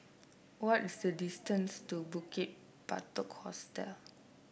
what is the distance to Bukit Batok Hostel